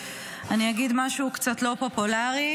אני אגיד משהו קצת לא פופולרי,